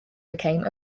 became